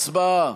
הצבעה.